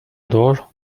door